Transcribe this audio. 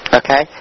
okay